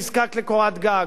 לכל מי שנזקק לקורת גג.